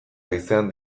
haizean